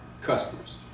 customers